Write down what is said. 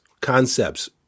concepts